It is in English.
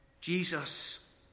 Jesus